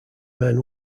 men